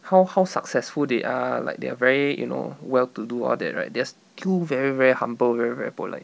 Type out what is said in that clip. how how successful they are like they're very you know well to do all that right they're still very very humble very very polite